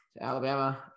alabama